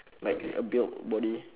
like a built body